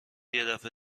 یدفعه